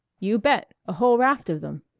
you bet. a whole raft of them.